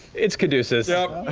it's caduceus.